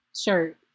shirt